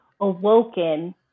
awoken